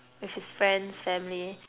with his friends family